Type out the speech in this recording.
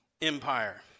Empire